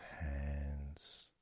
hands